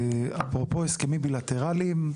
אפרופו הסכמים בילטרליים,